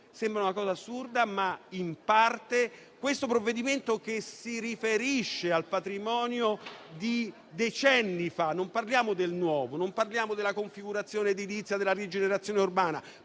Sembra una cosa assurda, ma in parte questo provvedimento si riferisce al patrimonio di decenni fa; non parliamo del nuovo, della configurazione edilizia e della rigenerazione urbana,